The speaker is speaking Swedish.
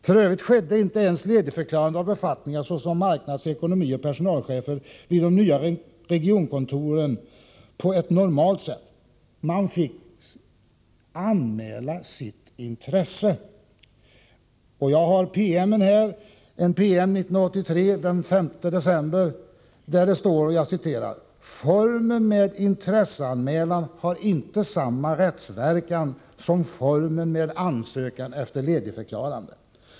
F. ö. skedde inte ens ledigförklarandet av befattningarna som marknads-, ekonomioch personalchefer vid de nya regionkontoren på ett normalt sätt. Man fick ”anmäla sitt intresse”. Jag har här en PM från den 5 december 1983, där det står: ”Formen med intresseanmälan har inte samma rättsverkan som formen med ansökan efter ledigförklarande.